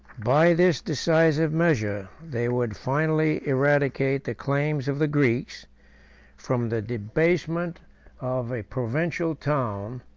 by this decisive measure they would finally eradicate the claims of the greeks from the debasement of a provincial town,